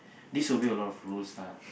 this will be a lot of rules lah